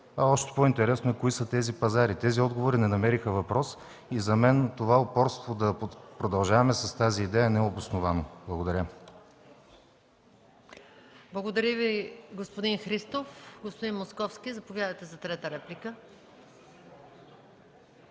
Още по-интересно е кои са тези пазари? Тези отговори не намериха въпрос и за мен упорството да продължаваме с тази идея е необосновано. Благодаря. ПРЕДСЕДАТЕЛ МАЯ МАНОЛОВА: Благодаря Ви, господин Христов. Господин Московски, заповядайте за трета реплика.